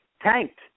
Tanked